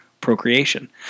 procreation